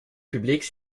publique